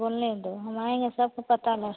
बोलने दो हम आएंगे सब को पता नह